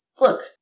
Look